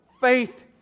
faith